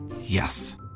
Yes